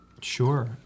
Sure